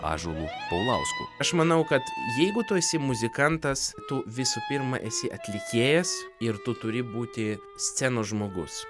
ąžuolu paulausku aš manau kad jeigu tu esi muzikantas tu visų pirma esi atlikėjas ir tu turi būti scenos žmogus